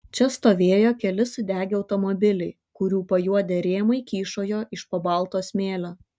čia stovėjo keli sudegę automobiliai kurių pajuodę rėmai kyšojo iš po balto smėlio